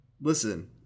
Listen